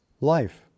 life